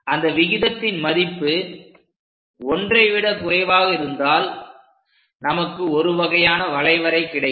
அந்த விகிதத்தின் மதிப்பு ஒன்றை விட குறைவாக இருந்தால் நமக்கு ஒரு வகையான வளைவரை கிடைக்கும்